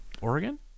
oregon